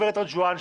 גברת רג'ואן,